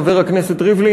חבר הכנסת ריבלין,